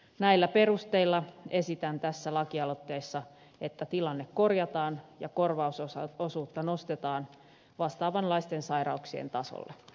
näillä perusteilla esitän tässä lakialoitteessa että tilanne korjataan ja korvausosuutta nostetaan vastaavanlaisten sairauksien tasolle